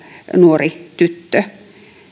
nuori tyttö